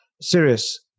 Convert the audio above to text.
serious